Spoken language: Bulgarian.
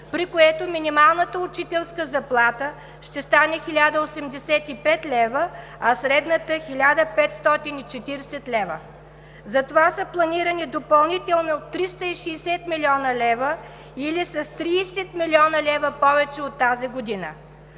при което минималната учителска заплата ще стане 1085 лв., а средната – 1540 лв. Затова са планирани допълнително 360 млн. лв., или с 30 млн. лв. повече от тази година.